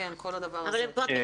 חמש ליגות,